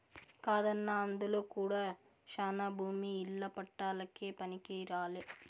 కాదన్నా అందులో కూడా శానా భూమి ఇల్ల పట్టాలకే పనికిరాలే